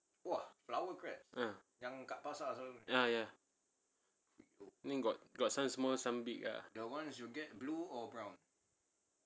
ah ah ya got got some small some big lah